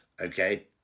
okay